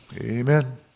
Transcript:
Amen